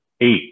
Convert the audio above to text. eight